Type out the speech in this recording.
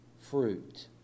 fruit